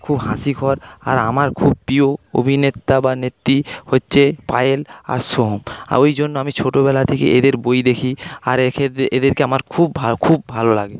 খুব হাস্যকর আর আমার খুব প্রিয় অভিনেতা বা নেত্রী হচ্ছে পায়েল আর সোহম আর ওই জন্য আমি ছোটবেলা থেকে এদের বই দেখি আর এদেরকে আমার খুব খুব ভালো লাগে